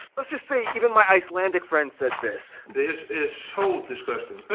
let's just say, even my icelandic friend said this this is so disgusting.